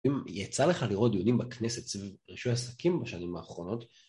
אם יצא לך לראות יהודים בכנסת סביב רישוי עסקים בשנים האחרונות